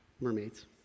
Mermaids